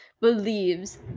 believes